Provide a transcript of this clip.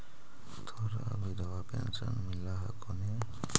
तोहरा विधवा पेन्शन मिलहको ने?